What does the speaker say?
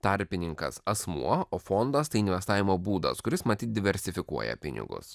tarpininkas asmuo o fondas tai investavimo būdas kuris matyt diversifikuoja pinigus